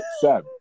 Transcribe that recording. Sam